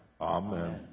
Amen